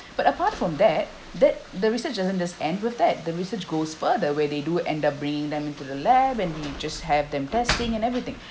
but apart from that that the research just doesn't end with that the research goes further where they do end up bringing them into the lab and we just have them testing and everything